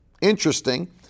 interesting